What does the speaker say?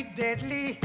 deadly